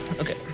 Okay